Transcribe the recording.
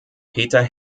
peter